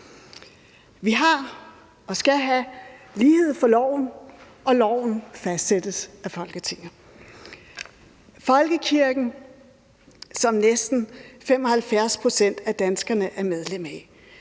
Vi har og skal have lighed for loven, og loven fastsættes af Folketinget. Folkekirken, som næsten 75 pct. af danskerne er medlem af,